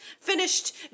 finished